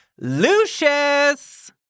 Lucius